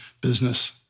business